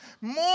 more